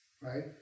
right